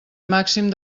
màxim